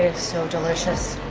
so delicious!